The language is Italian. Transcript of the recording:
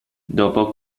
dopo